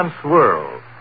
swirl